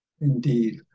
Indeed